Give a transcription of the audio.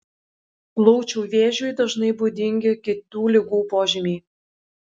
plaučių vėžiui dažnai būdingi kitų ligų požymiai